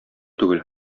түгел